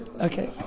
okay